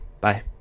Bye